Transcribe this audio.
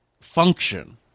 function